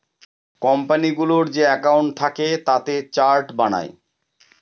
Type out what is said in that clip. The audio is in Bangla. কোম্পানিগুলোর যে একাউন্ট থাকে তাতে চার্ট বানায়